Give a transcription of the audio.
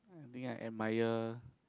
being an admire